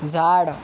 झाड